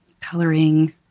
coloring